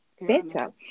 better